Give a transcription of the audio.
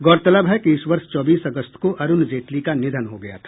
गौरतलब है कि इस वर्ष चौबीस अगस्त को अरूण जेटली का निधन हो गया था